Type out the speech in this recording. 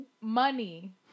money